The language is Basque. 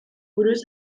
buruz